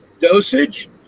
dosage